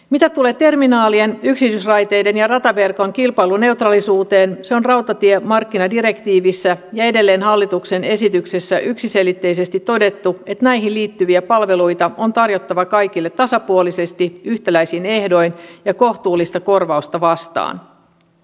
mitä tulee terminaalien yksityisraiteiden ja rataverkon kilpailuneutraalisuuteen se on rautatiemarkkinadirektiivissä ja edelleen hallituksen esityksessä yksiselitteisesti todettu että näihin liittyviä palveluita on tarjottava kaikille tasapuolisesti yhtäläisin ehdoin ja kohtuullista korvausta vastaan